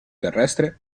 terrestre